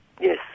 Yes